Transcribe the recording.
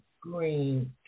Green